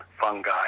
fungi